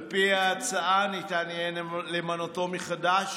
על פי ההצעה ניתן יהיה למנותו מחדש